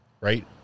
right